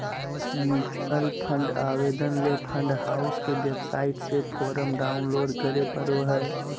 mutual fund आवेदन ले fund house के वेबसाइट से फोरम डाऊनलोड करें परो हय